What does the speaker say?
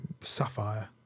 Sapphire